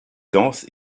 danse